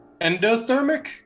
Endothermic